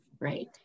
Right